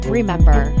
remember